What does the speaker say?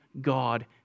God